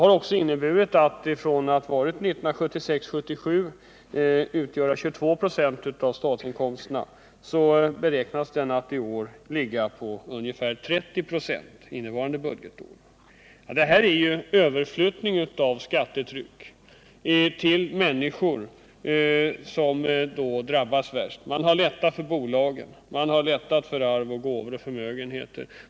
Efter att från 1976-1977 utgöra 22 96 av statsinkomsterna beräknas den under innevarande budgetår ligga på ungefär 30 96. Detta är en överflyttning av skattetrycket till människor som har det svårast. Man har underlättat för bolag, för arv, gåvor och förmögenheter.